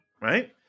right